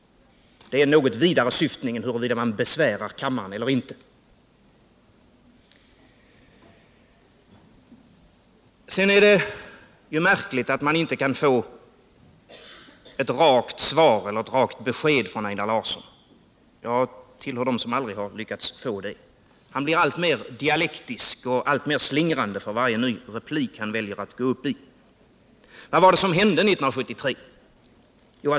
Det är en något vidare syftning än huruvida man besvärar kammaren eller inte. Det är märkligt att man inte kan få ett rakt besked från Einar Larsson. Jag tillhör dem som aldrig har lyckats få det. Han blir alltmer dialektisk och slingrande för varje ny replik han väljer att gå upp i. Vad var det som hände 1973?